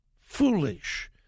foolish